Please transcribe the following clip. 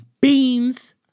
beans